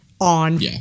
on